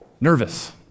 nervous